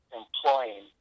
employing